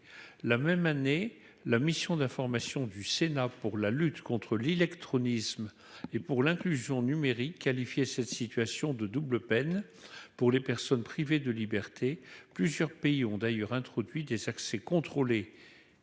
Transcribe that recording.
La même année, la mission d'information du Sénat sur la lutte contre l'illectronisme et pour l'inclusion numérique qualifiait cette situation de « double peine » pour les personnes privées de liberté. Plusieurs pays ont d'ailleurs introduit des accès contrôlés